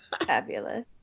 Fabulous